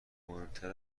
مهمتر